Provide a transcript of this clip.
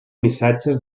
missatges